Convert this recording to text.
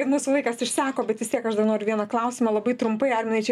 kad mūsų laikas išseko bet vis tiek aš dar noriu vieną klausimą labai trumpai arminai čia